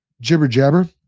jibber-jabber